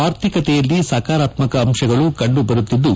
ಆರ್ಥಿಕತೆಯಲ್ಲಿ ಸಕಾರಾತ್ಮಕ ಅಂಶಗಳು ಕಂಡುಬರುತ್ತಿದ್ದು